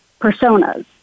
personas